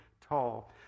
tall